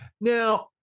Now